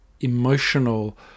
emotional